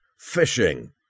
Fishing